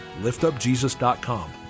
liftupjesus.com